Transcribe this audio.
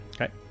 Okay